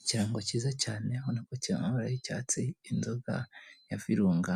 Ikirango cyiza cyane urabona ko kiri mu mabara ry'icyatsi, inzoga ya virunga